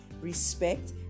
respect